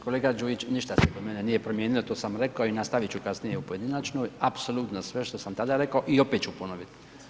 Kolega Đujić, ništa se kod mene nije promijenilo, to sam reko i nastavit ću kasnije u pojedinačnoj, apsolutno sve što sam tada rekao i opet ću ponovit.